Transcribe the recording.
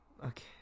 Okay